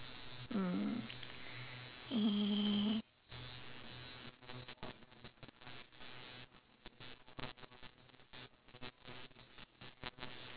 mm uh